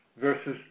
versus